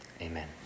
Amen